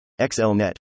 XLNET